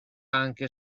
anche